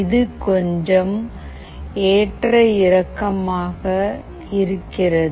இது கொஞ்சம் ஏற்ற இறக்கமாக இருக்கிறது